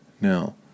Now